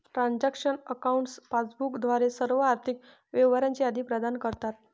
transaction accounts passbook द्वारे सर्व आर्थिक व्यवहारांची यादी प्रदान करतात